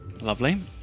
Lovely